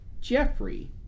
Jeffrey